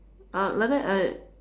uh like that I